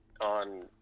on